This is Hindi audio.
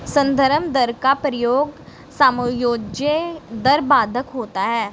संदर्भ दर का प्रयोग समायोज्य दर बंधक होता है